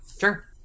Sure